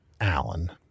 Allen